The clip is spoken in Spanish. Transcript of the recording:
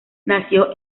nació